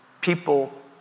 people